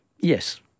yes